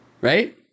right